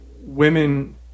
women